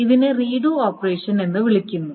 ഇതിനെ redo operation എന്ന് വിളിക്കുന്നു